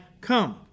come